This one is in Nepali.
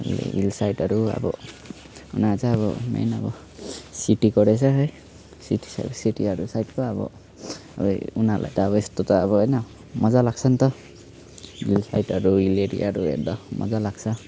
हिल साइटहरू अब उनीहरू चाहिँ अब मेन अब सिटीको रहेछ है सिट सिटीहरू साइटको अब उयो उनीहरूलाई त अब यस्तो त अब होइन मजा लाग्छ नि त हिल साइटहरू हिल एरियाहरू हेर्दा मजा लाग्छ